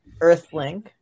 Earthlink